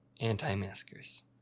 anti-maskers